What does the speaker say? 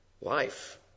life